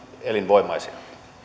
elinvoimaisina